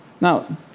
Now